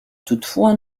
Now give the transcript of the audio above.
toutefois